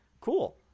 cool